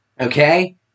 Okay